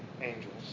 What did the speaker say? angels